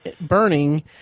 burning